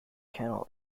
channel